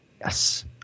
yes